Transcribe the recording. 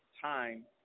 time